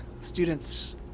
students